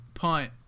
Punt